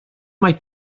mae